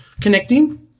connecting